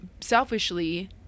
selfishly